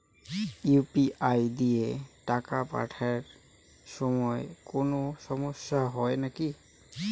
UPI দিয়া টাকা পাঠের সময় কোনো সমস্যা হয় নাকি?